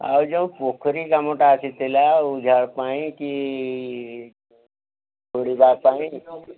ଆଉ ଯେଉଁ ପୋଖରୀ କାମଟା ଆସିଥିଲା ଆଉ ଯାହା ପାଇଁ କି ଖୋଳିବା ପାଇଁ